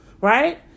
Right